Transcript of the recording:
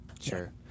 sure